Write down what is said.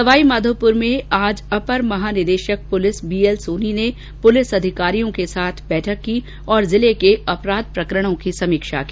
सवाईमाघोपुर में आज अपर महानिदेशक पुलिस बी एल सोनी ने पूलिस अधिकारियों के साथ बैठक की और जिले के अपराध प्रकरणों की समीक्षा की